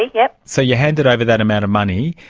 yeah so you handed over that amount of money,